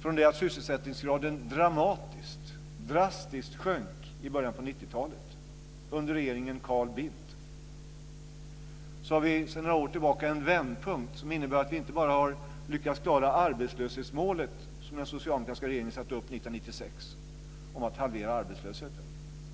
Från det att sysselsättningsgraden drastiskt sjönk i början på 90-talet under regeringen Carl Bildt har vi sedan några år tillbaka en vändpunkt som innebär att vi inte bara har lyckats klara det arbetslöshetsmål som den socialdemokratiska regeringen satte upp 1996 om att halvera arbetslösheten.